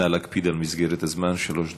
נא להקפיד על מסגרת הזמן, שלוש דקות.